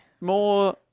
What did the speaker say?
More